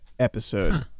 episode